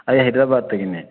ꯑꯩ ꯍꯥꯏꯗ꯭ꯔꯕꯥꯠ ꯇꯒꯤꯅꯦ